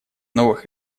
новых